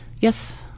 Yes